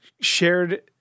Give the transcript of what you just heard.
shared